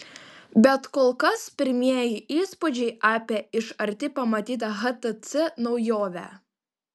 bet kol kas pirmieji įspūdžiai apie iš arti pamatytą htc naujovę